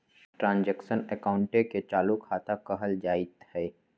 transaction अकाउंटे के चालू खता कहल जाइत हइ